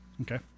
Okay